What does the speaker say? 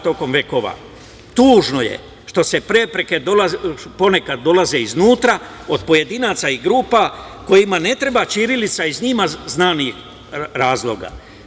Tužno je što prepreke ponekada dolaze iznutra od pojedinaca i grupa kojima ne treba ćirilica iz njima znanih razloga.